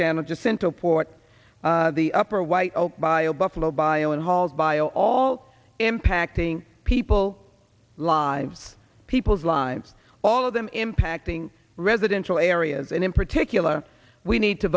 channel just sent to a port the upper white oak by a buffalo bio and hauls bio all impacting people lives people's lives all of them impacting residential areas and in particular we need to